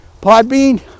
Podbean